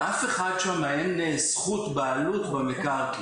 לאף אחד שם אין זכות בעלות במקרקעין,